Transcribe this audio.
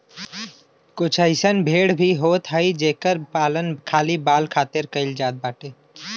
कुछ अइसन भेड़ भी होत हई जेकर पालन खाली बाल खातिर कईल जात बाटे